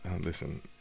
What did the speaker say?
Listen